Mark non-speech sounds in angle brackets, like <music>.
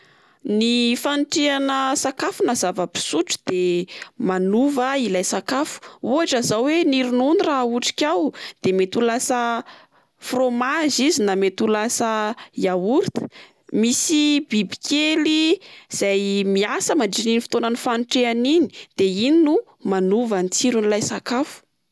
Ny fanotrehana sakafo na zava-pisotro de manova ilay sakafo. Ohatra zao oe ny ronono raha aotrikao de mety ho lasa <hesitation> fromage izy na mety ho lasa <hesitation> yaourt. Misy bibikely <hesitation> izay miasa mandritra iny fotoana fanotrehana iny de iny no manova ny tsiron'ilay sakafo.